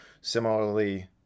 similarly